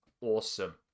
Awesome